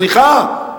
סליחה,